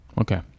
okay